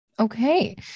Okay